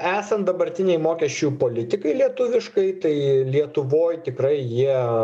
esant dabartinei mokesčių politikai lietuviškai tai lietuvoj tikrai jie